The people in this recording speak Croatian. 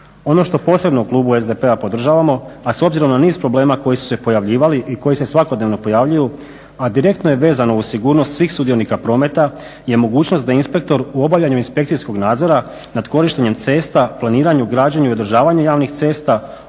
Ono što posebno u Klubu SDP-a podržavamo a s obzirom na niz problema koji su se pojavljivali i koji se svakodnevno pojavljuju a direktno je vezano uz sigurnost svih sudionika prometa je mogućnost da inspektor u obavljanju inspekcijskog nadzora nad korištenjem cesta, planiranju, građenju i održavanju javnih cesta